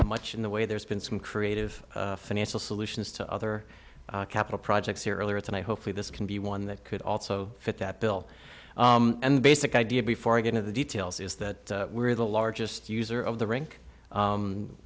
much in the way there's been some creative financial solutions to other capital projects here earlier tonight hopefully this can be one that could also fit that bill and basic idea before i get into the details is that we're the largest user of the rink